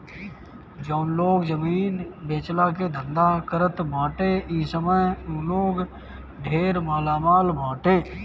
जउन लोग जमीन बेचला के धंधा करत बाटे इ समय उ लोग ढेर मालामाल बाटे